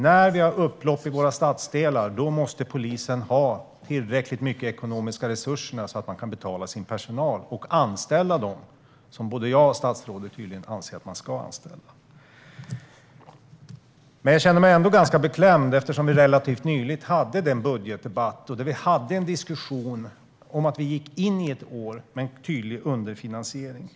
När vi har upplopp i våra stadsdelar måste polisen ha tillräckliga ekonomiska resurser för att kunna betala sin personal och även anställa personal, vilket både jag och statsrådet tydligen anser att man ska göra. Jag känner mig ändå ganska beklämd eftersom vi relativt nyligen hade en budgetdebatt där vi hade en diskussion om att vi gick in i ett år med en tydlig underfinansiering.